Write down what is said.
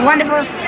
Wonderful